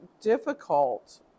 difficult